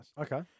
Okay